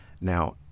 Now